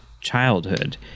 childhood